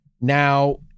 Now